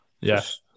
Yes